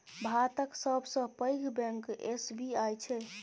भातक सबसँ पैघ बैंक एस.बी.आई छै